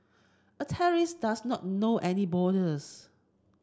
a terrorist does not know any borders